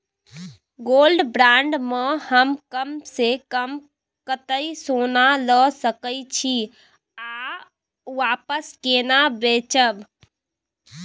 Gold bond म हम कम स कम कत्ते सोना ल सके छिए आ वापस केना बेचब?